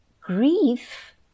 grief